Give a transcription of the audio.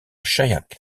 chaillac